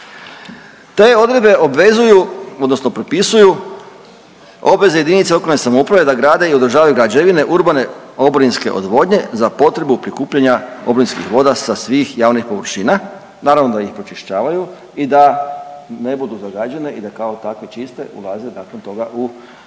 Te odredbe obvezuju odnosno propisuju obveze jedinice lokalne samouprave da grade i održavaju građevine, urbane oborinske odvodnje za potrebu prikupljanja oborinskih voda sa svih javni površina. Naravno da ih pročišćavaju i da ne budu zagađene i da kao takve čiste, ulaze nakon toga u odvodni